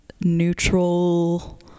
neutral